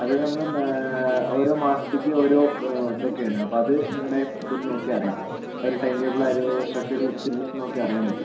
അത് നമ്മൾ ഓരോ മാസത്തേക്ക് ഓരോ ഇത് ഒക്കെയാണ് അപ്പം അത് നിങ്ങളുടെ ഇതിൽ നോക്കിയാൽ അറിയാം ഒരു ടൈം ടേബിൾ ആ ഒരു സ്ട്രക്ച്ചർ സിലബസ്സ് നോക്കിയാൽ അറിയാൻ പറ്റും